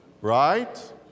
right